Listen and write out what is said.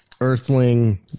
Earthling